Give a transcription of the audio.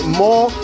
more